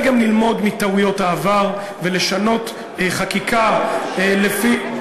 גם ללמוד מטעויות העבר ולשנות חקיקה לפי,